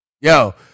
yo